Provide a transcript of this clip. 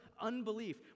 unbelief